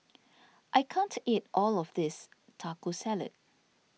I can't eat all of this Taco Salad